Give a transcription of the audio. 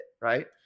Right